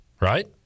right